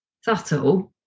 subtle